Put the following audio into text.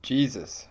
Jesus